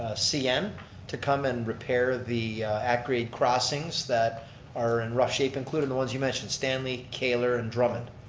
ah cn to come and repair the at grade crossings that are in rough shape including the ones you mentioned, stanley, kaylor and drummond.